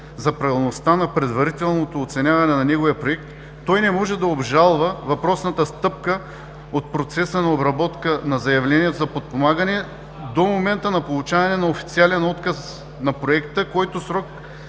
за правилността на предварителното оценяване на неговия проект, той не може да обжалва въпросната стъпка от процеса на обработка на заявлението за подпомагане до момента на получаване на официален отказ на проекта, който срок